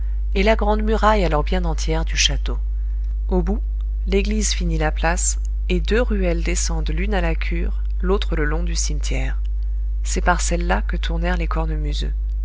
et la grande muraille alors bien entière du château au bout l'église finit la place et deux ruelles descendent l'une à la cure l'autre le long du cimetière c'est par celle-là que tournèrent les cornemuseux